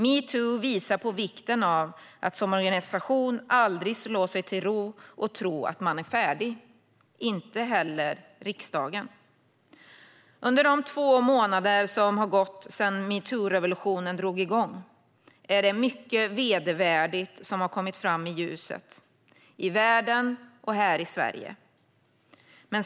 Metoo visar på vikten av att som organisation aldrig slå sig till ro och tro att man är färdig, inte heller riksdagen. Under de två månader som har gått sedan metoo-revolutionen drog igång har mycket vedervärdigt kommit fram i ljuset, både i världen och här i Sverige.